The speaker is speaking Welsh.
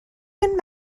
fynd